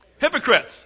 hypocrites